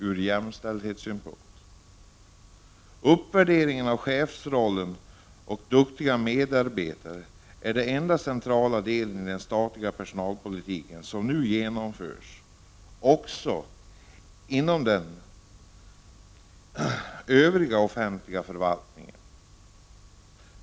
En uppvärdering av chefsrollen och av lönerna för duktiga medarbetare är den enda centrala del i den statliga personalpolitiken som nu genomförs också inom den övriga offentliga förvaltningen.